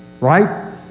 right